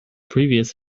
previous